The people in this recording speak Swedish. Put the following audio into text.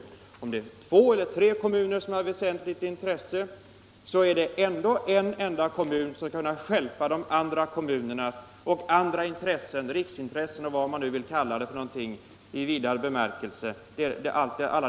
Om två eller tre kommuner har väsentligt intresse av en utbyggnad så skall ändå en enda kommun kunna stjälpa de övriga kommunernas intressen och andra intressen — riksintressen och vad man vill kalla det.